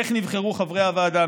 איך נבחרו חברי הוועדה,